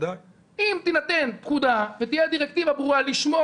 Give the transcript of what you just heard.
אם תינתן פקודה תהיה דירקטיבה ברורה לשמור